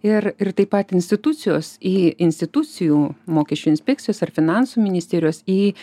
ir ir taip pat institucijos į institucijų mokesčių inspekcijos ar finansų ministerijos į